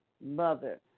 mother